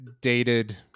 dated